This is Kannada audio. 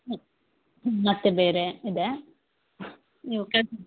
ಹ್ಞೂ ಮತ್ತು ಬೇರೆ ಇದೆ ನೀವು ಕಳ್